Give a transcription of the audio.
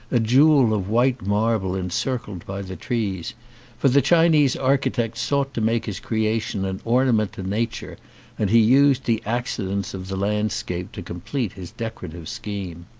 a jewel of white marble encircled by the trees for the chinese architect sought to make his creation an ornament to nature and he used the accidents of the landscape to complete his decorative scheme.